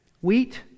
Wheat